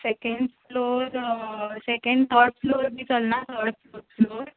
second floor second third floor बी चलना third fourth floor